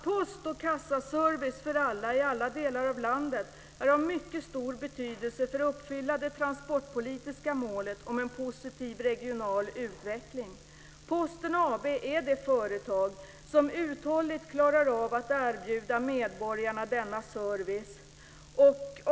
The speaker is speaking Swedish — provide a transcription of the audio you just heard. Post och kassaservice för alla i alla delar av landet är av mycket stor betydelse för att uppfylla det transportpolitiska målet om en positiv regional utveckling. Posten AB är det företag som uthålligt klarar av att erbjuda medborgarna denna service.